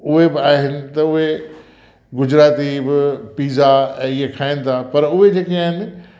उहे बि आहिनि त उहे गुजराती ब पीज़ा ऐं इहे खाइनि था पर उहे जेके आहिनि